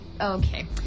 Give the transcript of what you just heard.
Okay